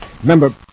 Remember